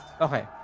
Okay